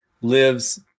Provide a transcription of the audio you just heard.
lives